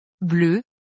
bleu